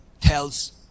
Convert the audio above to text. Tells